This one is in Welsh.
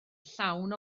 llawn